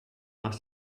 must